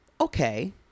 okay